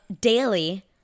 daily